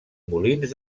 molins